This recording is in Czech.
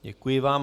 Děkuji vám.